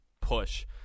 push